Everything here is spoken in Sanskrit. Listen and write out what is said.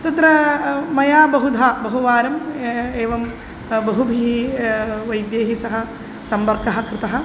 तत्रा मया बहुधा बहुवारम् एवं बहुभिः वैद्यैः सह सम्पर्कः कृतः